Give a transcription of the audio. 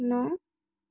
नौ